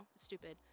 stupid